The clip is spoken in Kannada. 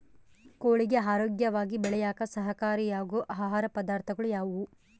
ಕೋಳಿಗೆ ಆರೋಗ್ಯವಾಗಿ ಬೆಳೆಯಾಕ ಸಹಕಾರಿಯಾಗೋ ಆಹಾರ ಪದಾರ್ಥಗಳು ಯಾವುವು?